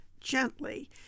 gently